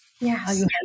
Yes